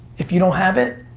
if you don't have it,